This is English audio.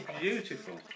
beautiful